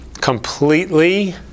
completely